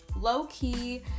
low-key